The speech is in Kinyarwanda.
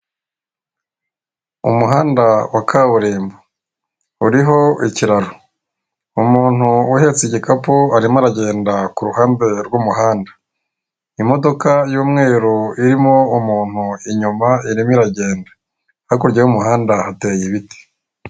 Umuhanda wa kaburimbo. Uriho ikiraro. Umuntu uhetse igikapu arimo aragenda ku ruhande rw'umuhanda. Imodoka y'umweru irimo umuntu inyuma irimo iragenda. Hakurya y'umuhanda hateye ibiti.